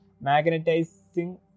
magnetizing